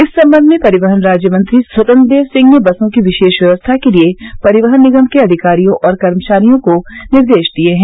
इस संबंध में परिवहन राज्य मंत्री स्वतंत्र प्रभार स्वतंत्र देव सिंह ने बसों की विशेष व्यवस्था के लिये परिवहन निगम के अधिकारियों और कर्मचारियों को निर्देश दिये हैं